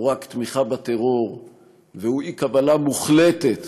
הוא רק תמיכה בטרור והוא אי-קבלה מוחלטת